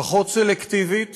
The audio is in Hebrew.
פחות סלקטיבית